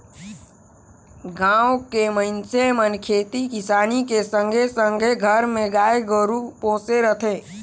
गाँव के मइनसे मन खेती किसानी के संघे संघे घर मे गाय गोरु पोसे रथें